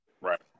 right